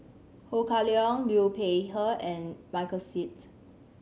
Ho Kah Leong Liu Peihe and Michael Seet